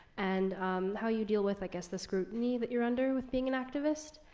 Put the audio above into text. and how you deal with, i guess, the scrutiny that you're under with being an activist,